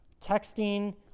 texting